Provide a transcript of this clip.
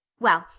well,